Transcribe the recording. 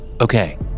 Okay